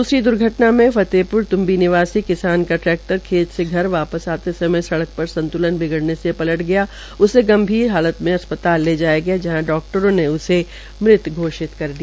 दूसरी दुर्धटना मे फतेपुर तुंबी निवासी किसान का ट्रैक्टर खेत से घर वापस आते समये सड़कपर संत्लन बिगड़ने से पटल गया और उसे गंभीर हालात में अस्पताल ले जाया गया जहां डाक्टरों ने उसे मृत घोषित कर दिया